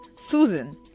Susan